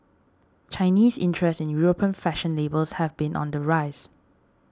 Chinese interest in European fashion labels has been on the rise